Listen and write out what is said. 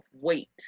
weight